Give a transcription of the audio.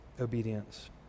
obedience